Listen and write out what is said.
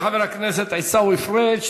תודה לחבר הכנסת עיסאווי פריג'.